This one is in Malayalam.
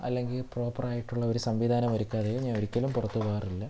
അല്ലെങ്കിൽ പ്രോപ്പറായിട്ടുള്ള ഒരു സംവിധാനം ഒരുക്കാതെയോ ഞാൻ ഒരിക്കലും പുറത്ത് പോകാറില്ല